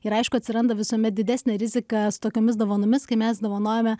ir aišku atsiranda visuomet didesnė rizika su tokiomis dovanomis kai mes dovanojame